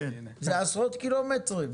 זה עשרות קילומטרים.